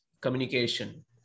communication